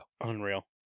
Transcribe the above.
Unreal